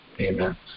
Amen